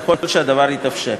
ככל שהדבר מתאפשר.